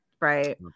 right